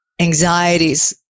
Anxieties